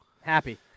Happy